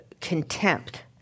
contempt